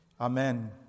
Amen